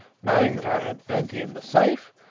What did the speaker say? knowing that i had plenty in the safe,